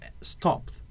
stopped